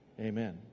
Amen